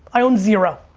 i own zero.